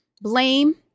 blame